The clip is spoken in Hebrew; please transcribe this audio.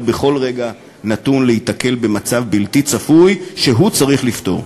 בכל רגע נתון להיתקל במצב בלתי צפוי שהוא צריך לפתור.